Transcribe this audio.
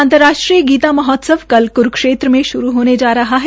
अंतर्राष्ट्रीय गीता महोत्सव कल क्रूक्षेत्र में शुरू होने जा रहा है